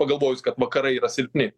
pagalvojus kad vakarai yra silpni